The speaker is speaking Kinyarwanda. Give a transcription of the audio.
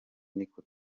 niko